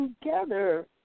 together